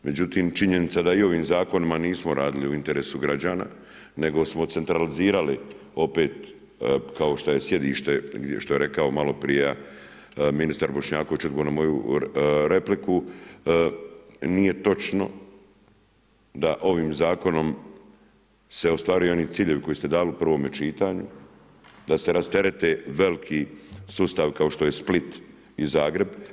Međutim, činjenica da i ovim zakonima nismo radili u interesu građana nego smo centralizirali opet kao što je sjedište, što je rekao maloprije ministar Bošnjaković u odgovoru na moju repliku, nije točno da ovim Zakonom se ostvaruju oni ciljevi koje ste dali u prvom čitanju, da se rasterete veliki sustavi kao što je Split i Zagreb.